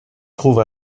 trouve